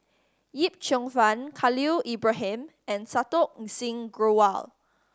Yip Cheong Fun Khalil Ibrahim and Santokh Singh Grewal